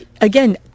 again